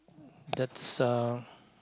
that's uh